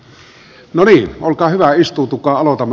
no niin olkaa hyvä ja istuutukaa